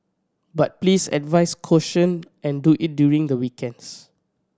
but please advise caution and do it during the weekends